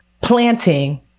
planting